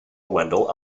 wendell